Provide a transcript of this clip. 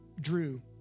drew